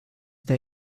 der